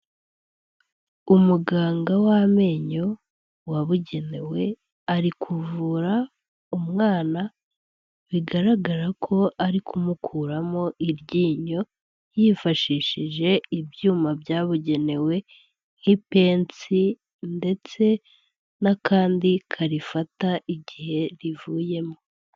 Umuganga w'amenyo wabugenewe arikuvura umwana. Bigaragara ko arikumukuramo iryinyo yifashishije ibyuma byabugenewe nk'ipennsi, ndetse n'akandi karifata igihe rivuyemo.